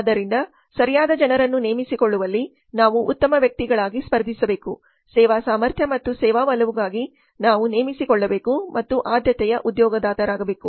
ಆದ್ದರಿಂದ ಸರಿಯಾದ ಜನರನ್ನು ನೇಮಿಸಿಕೊಳ್ಳುವಲ್ಲಿ ನಾವು ಉತ್ತಮ ವ್ಯಕ್ತಿಗಳಿಗಾಗಿ ಸ್ಪರ್ಧಿಸಬೇಕು ಸೇವಾ ಸಾಮರ್ಥ್ಯ ಮತ್ತು ಸೇವಾ ಒಲವುಗಾಗಿ ನಾವು ನೇಮಿಸಿಕೊಳ್ಳಬೇಕು ಮತ್ತು ಆದ್ಯತೆಯ ಉದ್ಯೋಗದಾತರಾಗಬೇಕು